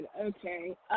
Okay